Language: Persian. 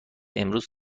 امروز